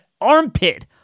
armpit